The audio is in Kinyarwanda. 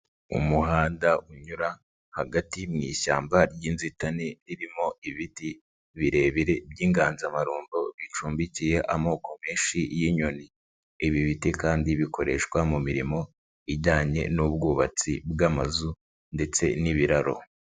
Umuhanda unyura hagati mu ishyamba ry'inzitane ririmo ibiti birebire by'inganzamarumbo bicumbikiye amoko menshi y'inyoni, ibi biti kandi bikoreshwa mu mirimo ijyanye n'ubwubatsi bw'amazu ndetse n'ibiraro.